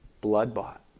blood-bought